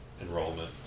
enrollment